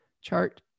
chart